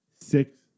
six